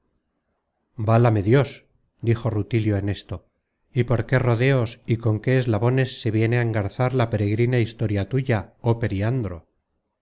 válame dios dijo rutilio en esto y por qué rodeos y con qué eslabones se viene á engarzar la peregrina historia tuya oh periandro